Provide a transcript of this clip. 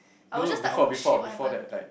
no no before before before that like